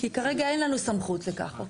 כי כרגע אין לנו סמכות לכך.